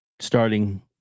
starting